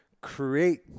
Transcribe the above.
create